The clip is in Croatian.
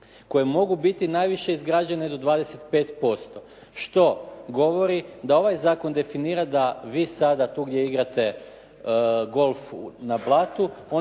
koje mogu biti najviše izgrađene do 25% što govori da ovaj zakon definira da vi sada tu gdje igrate golf na Blatu